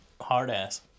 hard-ass